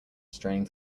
straining